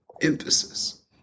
emphasis